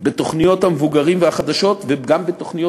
בתוכניות המבוגרים ובחדשות וגם בתוכניות